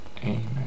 Amen